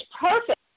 perfect